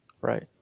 right